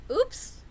oops